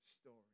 story